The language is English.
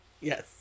Yes